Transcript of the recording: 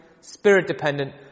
Spirit-dependent